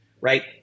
right